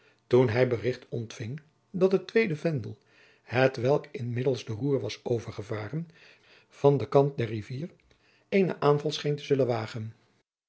toen hij bericht ontfing dat het tweede vendel hetwelk inmiddels de roer was overgevaren van den kant der rivier eenen aanval scheen te zullen wagen